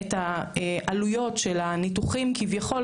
את העלויות של הניתוחים כביכול.